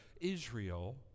Israel